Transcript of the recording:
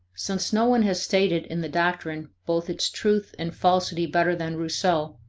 since no one has stated in the doctrine both its truth and falsity better than rousseau,